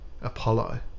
Apollo